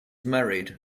married